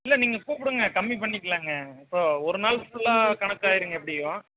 இல்லை நீங்கள் கூப்பிடுங்க கம்மி பண்ணிக்கலாங்க இப்போது ஒரு நாள் ஃபுல்லாக கணக்கு ஆயிடுங்க எப்படியும்